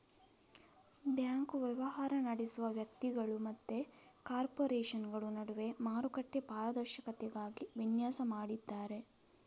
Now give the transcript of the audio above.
bank ವ್ಯವಹಾರ ನಡೆಸುವ ವ್ಯಕ್ತಿಗಳು ಮತ್ತೆ ಕಾರ್ಪೊರೇಷನುಗಳ ನಡುವೆ ಮಾರುಕಟ್ಟೆ ಪಾರದರ್ಶಕತೆಗಾಗಿ ವಿನ್ಯಾಸ ಮಾಡಿದ್ದಾರೆ